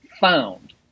Found